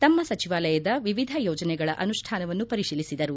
ತಮ್ಮ ಸಚಿವಾಲಯದ ವಿವಿಧ ಯೋಜನೆಗಳ ಅನುಷ್ಣಾನವನ್ನು ಪರಿಶೀಲಿಸಿದರು